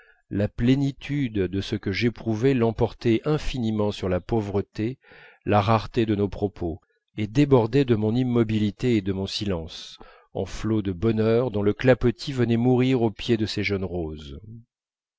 la plénitude de ce que j'éprouvais l'emportait infiniment sur la pauvreté la rareté de nos propos et débordait de mon immobilité et de mon silence en flots de bonheur dont le clapotis venait mourir au pied de ces jeunes roses